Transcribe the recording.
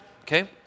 okay